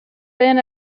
been